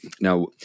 Now